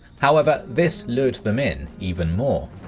however, this lured them in even more.